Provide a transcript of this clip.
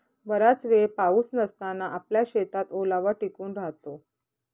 बराच वेळ पाऊस नसताना आपल्या शेतात ओलावा टिकून राहतो